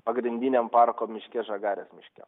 pagrindiniam parko miške žagarės miške